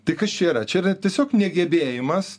tai kas čia yra čia yra tiesiog negebėjimas